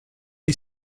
est